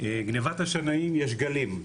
גניבת השנאים יש גלים.